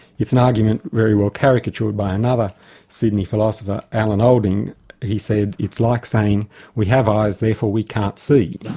it's an argument very well caricatured caricatured by another sydney philosopher alan olding he said it's like saying we have eyes, therefore we can't see.